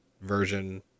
version